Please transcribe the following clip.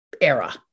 era